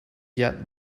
yet